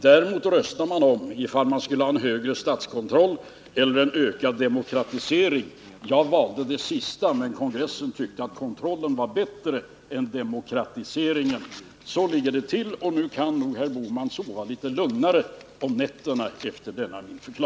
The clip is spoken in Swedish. Däremot röstade man om ifall man skulle ha en högre statskontroll eller ökad demokratisering. Jag valde det sista, men kongressen tyckte att kontrollen var bättre än demokratiseringen. Så ligger det till. Efter denna förklaring kan nog herr Bohman sova litet lugnare på nätterna.